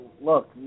look